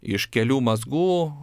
iš kelių mazgų